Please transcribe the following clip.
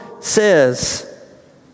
says